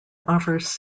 offers